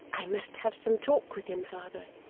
i must have some talk with him, father